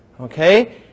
Okay